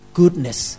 goodness